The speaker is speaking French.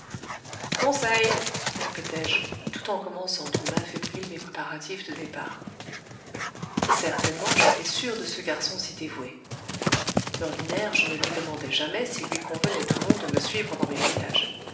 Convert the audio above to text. conseil répétai-je tout en commençant d'une main fébrile mes préparatifs de départ certainement j'étais sûr de ce garçon si dévoué d'ordinaire je ne lui demandais jamais s'il lui convenait ou non de me suivre dans mes voyages